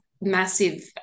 massive